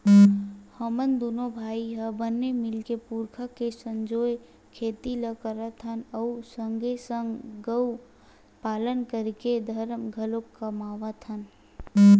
हमन दूनो भाई ह बने मिलके पुरखा के संजोए खेती ल करत हवन अउ संगे संग गउ पालन करके धरम घलोक कमात हवन